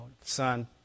son